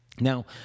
Now